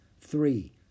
Three